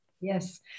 Yes